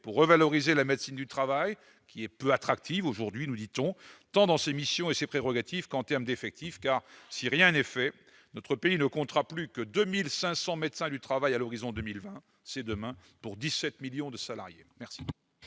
pour revaloriser la médecine du travail, aujourd'hui peu attractive, nous dit-on, tant dans ses missions et prérogatives qu'en termes d'effectifs. Si rien n'est fait, notre pays ne comptera plus que 2 500 médecins du travail à l'horizon de 2020, c'est-à-dire demain, pour 17 millions de salariés !